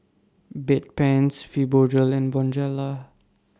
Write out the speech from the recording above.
Bedpans Fibogel and Bonjela